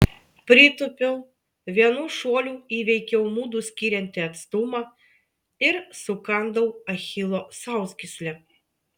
pritūpiau vienu šuoliu įveikiau mudu skiriantį atstumą ir sukandau achilo sausgyslę